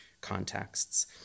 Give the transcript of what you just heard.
contexts